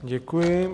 Děkuji.